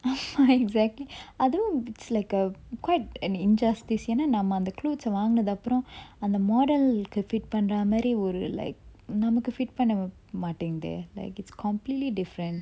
exactly அதுவும்:athuvum it's like a quite an injustice ஏன்னா நாம அந்த:eanna nama antha clothes ah வாங்குனது அப்புறம் அந்த:vangunathu appuram antha model கு:ku fit பண்ற மாறி ஒரு:panra mari oru like நமக்கு:namakku fit பண்ண மாட்டேங்குதே:panna mattenguthe it's completely different